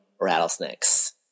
rattlesnakes